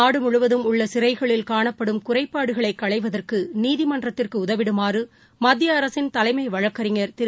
நாடு முழுவதும் உள்ள சிறைகளில் காணப்படும் குறைபாடுகளை களைவதற்கு நீதிமன்றத்திற்கு உதவிடுமாறு மத்திய அரசின் தலைமை வழக்கறிஞர் திரு